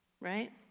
right